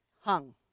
hung